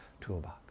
toolbox